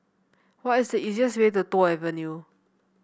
what is the easiest way to Toh Avenue